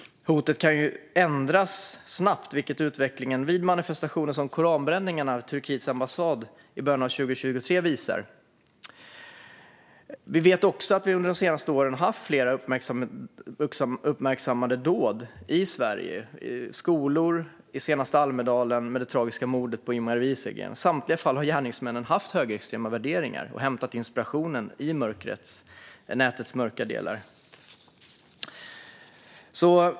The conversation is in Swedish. Hotet kan ändras snabbt, vilket utvecklingen vid manifestationer som koranbränningarna vid Turkiets ambassad i början av 2023 visar. Vi vet också att vi under de senaste åren har haft flera uppmärksammade dåd i Sverige i skolor och nu senast i Almedalen med det tragiska mordet på Ing-Marie Wieselgren. I samtliga fall har gärningsmannen haft högerextrema värderingar och hämtat inspirationen i nätets mörka delar.